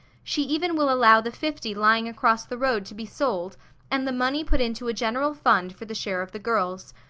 she even will allow the fifty lying across the road to be sold and the money put into a general fund for the share of the girls.